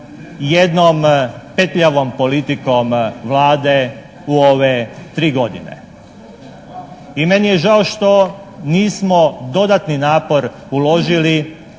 jednom petljavom politikom Vlade u ove 3 godine i meni je žao što nismo dodatni napor uložili